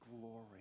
glory